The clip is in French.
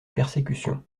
persécutions